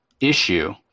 issue